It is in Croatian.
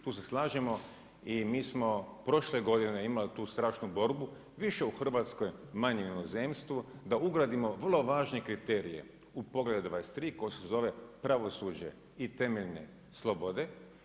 Tu se slažemo i mi smo prošle godine imali tu strašnu borbu više u Hrvatskoj, manje u inozemstvu, da ugradimo vrlo važne kriterije u pogledu 23. koji se zove pravosuđe i temeljne slobode.